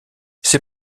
ses